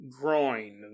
groin